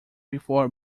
before